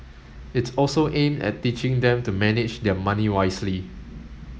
it's also aimed at teaching them to manage their money wisely